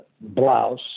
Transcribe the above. blouse